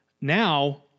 now